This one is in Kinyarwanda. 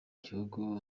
gihugu